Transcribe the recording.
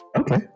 Okay